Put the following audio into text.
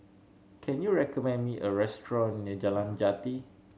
can you recommend me a restaurant near Jalan Jati